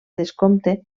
descompte